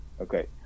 okay